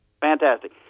Fantastic